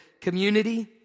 Community